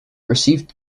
received